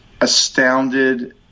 astounded